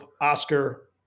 Oscar